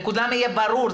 לכולם יהיה ברור.